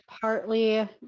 partly